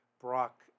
Brock